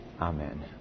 Amen